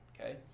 okay